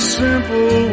simple